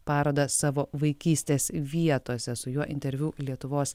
parodą savo vaikystės vietose su juo interviu lietuvos